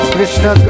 Krishna